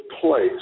place